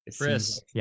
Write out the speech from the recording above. Chris